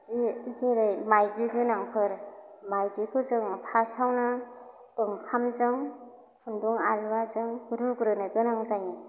जि जेरै माइदि गोनांफोर माइदिफोरजों फास्टआवनो ओंखामजों खुन्दुं आरग्राजों रुग्रोनो गोनां जायो